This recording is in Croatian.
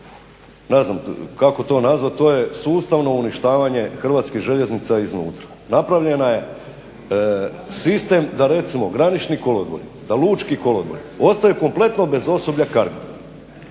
znam kako to nazvati, to je sustavno uništavanje HŽ-a iznutra. Napravljen je sistem da recimo granični kolodvori, da lučki kolodvori ostaju kompletno bez osoblja carga.